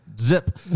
Zip